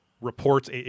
reports